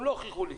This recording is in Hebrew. הם לא הוכיחו לי.